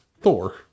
Thor